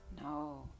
No